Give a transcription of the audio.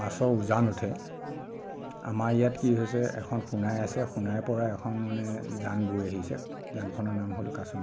মাছৰ উজান উঠে আমাৰ ইয়াত কি হৈছে এখন সোণাই আছে সোণাইৰপৰা এখন মানে জান বৈ আহিছে জানখনৰ নাম হ'ল কাছমাৰি জান